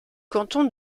canton